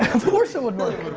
of course it would work.